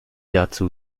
dazu